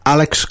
Alex